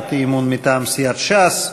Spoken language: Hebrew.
הצעת אי-אמון מטעם סיעת ש"ס.